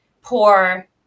poor